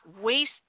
waste